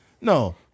No